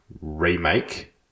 remake